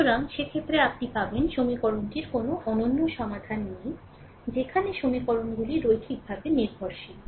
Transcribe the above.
সুতরাং সেক্ষেত্রে আপনি পাবেন সমীকরণটির কোনও অনন্য সমাধান নেই যেখানে সমীকরণগুলি রৈখিকভাবে নির্ভরশীল